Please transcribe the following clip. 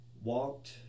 walked